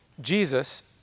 Jesus